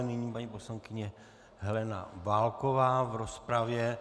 Nyní paní poslankyně Helena Válková v rozpravě.